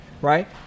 right